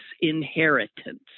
inheritance